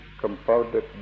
compounded